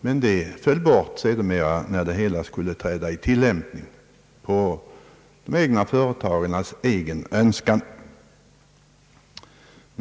Detta föll emellertid bort när försäkringen sedermera skulle träda i tillämpning, på företagarnas egen önskan.